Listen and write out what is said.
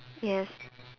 yes